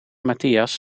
matthias